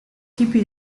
tipi